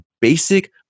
basic